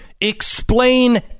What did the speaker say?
explain